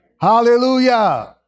Hallelujah